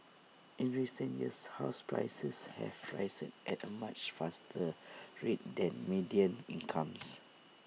in recent years house prices have risen at A much faster rate than median incomes